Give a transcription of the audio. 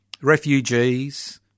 Refugees